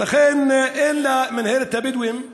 ולכן, אין לה, למינהלת הבדואים,